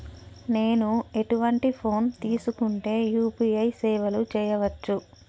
నేను ఎటువంటి ఫోన్ తీసుకుంటే యూ.పీ.ఐ సేవలు చేయవచ్చు?